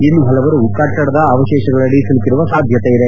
ಇನ್ನೂ ಹಲವರು ಕಟ್ಟಡದ ಅವಶೇಷಗಳಡಿ ಸಿಲುಕಿರುವ ಸಾಧ್ಯತೆಯಿದೆ